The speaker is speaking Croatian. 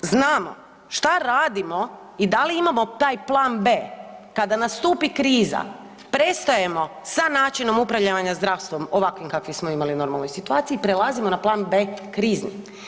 Nadalje, da li znamo što radimo i da li imamo taj plan B kada nastupi kriza, prestajemo sa načinom upravljanja zdravstvom ovakvim kakvim smo imali u normalnoj situaciji, prelazimo na plan B krizni.